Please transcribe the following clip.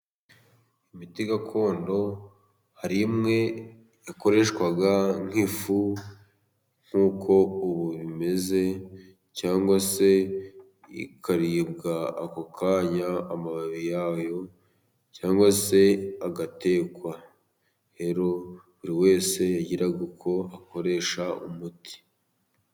Imiti gakondo, hari imwe yakoreshwaga nk'ifu nk'uko ubu bimeze cyangwa se ikaribwa ako kanya amababi yayo, cyangwa se agatekwa, rero buri wese yagiraga uko akoresha umuti.